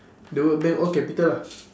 the word bank all capital ah